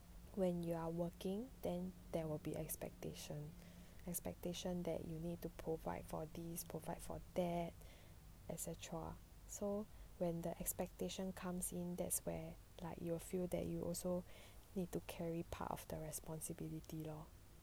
when you are working then there will be expectation expectation that you need to provide for these provide for that et cetera so when the expectation comes in that's where like you feel that you also need to carry part of the responsibility lor